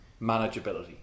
manageability